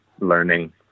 learning